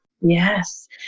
Yes